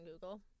Google